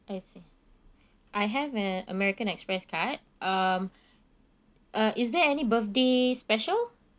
I see I have an american express card um uh is there any birthday special